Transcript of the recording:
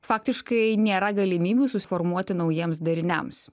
faktiškai nėra galimybių susiformuoti naujiems dariniams